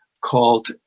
called